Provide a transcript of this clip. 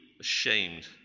ashamed